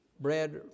bread